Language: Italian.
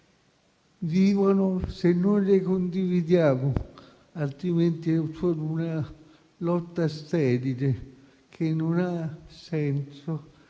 vivono se noi le condividiamo, altrimenti è solo una lotta sterile, che non ha senso